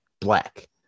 black